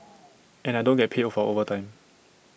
and I don't get paid for overtime